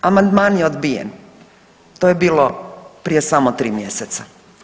Amandman je odbijen, to je bilo prije samo tri mjeseca.